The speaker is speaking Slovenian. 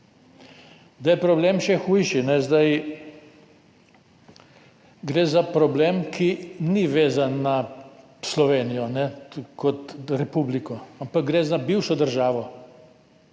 Da je problem še hujši, gre za problem, ki ni vezan na Slovenijo kot republiko, ampak gre za bivšo državo